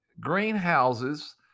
greenhouses